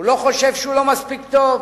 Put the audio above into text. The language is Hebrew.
הוא לא חושב שהוא לא מספיק טוב,